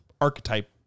archetype